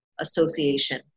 Association